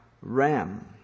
Ram